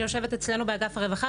שיושבת אצלנו באגף הרווחה,